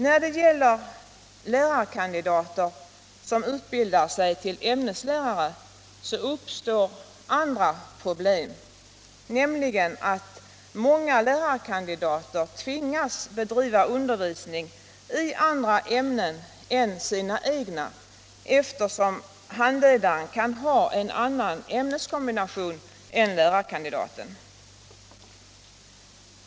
När det gäller lärarkandidater som utbildar sig till ämneslärare uppstår andra problem. Många lärarkandidater tvingas nämligen bedriva undervisning i andra ämnen än sina egna, eftersom handledaren kan ha en annan ämneskombination än lärarkandidaten.